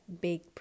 big